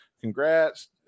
congrats